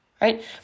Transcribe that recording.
right